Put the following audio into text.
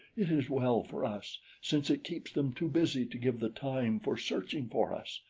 it is well for us, since it keeps them too busy to give the time for searching for us.